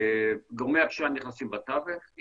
גורמי הפשיעה נכנסים בתווך,